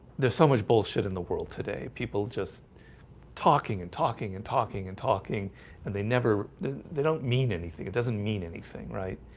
there's so much bullshit in the world today people just talking and talking and talking and talking and they never they don't mean anything. it doesn't mean anything, right?